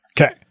Okay